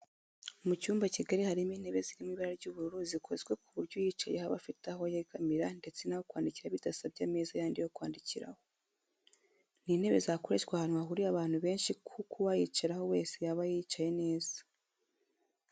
Mu cyumba kigari hari intebe ziri mu ibara ry'ubururu zikozwe ku buryo uyicayeho aba afite aho yegamira ndetse n'aho kwandikira bidasabye ameza yandi yo kwandikiraho. Ni intebe zakoreshwa ahantu hahuriye abantu benshi kuko uwayicaraho wese yaba yicaye neza.